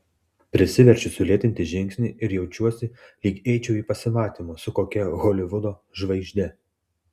prisiverčiu sulėtinti žingsnį ir jaučiuosi lyg eičiau į pasimatymą su kokia holivudo žvaigžde